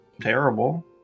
terrible